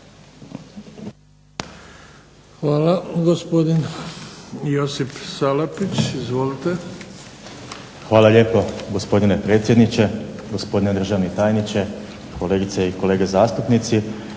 Hvala. Gospodin Josip Salapić. Izvolite. **Salapić, Josip (HDZ)** Hvala lijepo gospodine predsjedniče, gospodine državni tajniče, kolegice i kolege zastupnici.